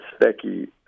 Specky